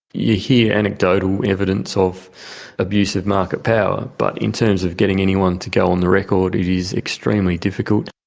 you hear anecdotal evidence of abuse of market power, but in terms of getting anyone to go on the record it is extremely difficult.